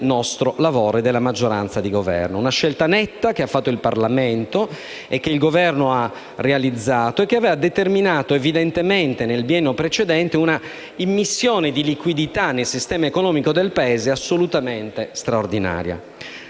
del nostro lavoro e della maggioranza di Governo. Questa è una scelta netta che ha fatto il Parlamento - e che il Governo ha realizzato - che aveva determinato nel biennio precedente un'immissione di liquidità nel sistema economico del Paese assolutamente straordinaria.